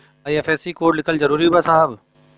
का IFSC code लिखल जरूरी बा साहब?